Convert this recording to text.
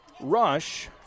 rush